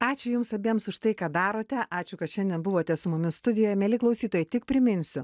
ačiū jums abiems už tai ką darote ačiū kad šiandien buvote su mumis studijoje mieli klausytojai tik priminsiu